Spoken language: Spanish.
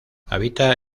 habita